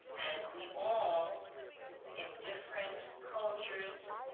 we all in different cultures,